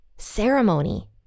ceremony